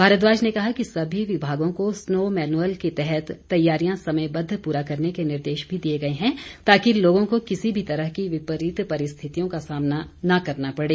भारद्वाज ने सभी विभागों को स्नो मैनुअल के तहत तैयारियां समयबद्व पूरा करने के निर्देश भी दिए ताकि लोगों को किसी भी तरह की विपरीत परिस्थितियों का सामना न करना पड़े